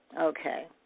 Okay